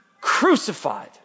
crucified